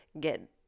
get